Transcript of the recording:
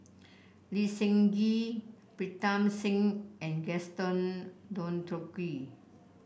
Lee Seng Gee Pritam Singh and Gaston Dutronquoy